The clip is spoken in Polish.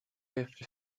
jeszcze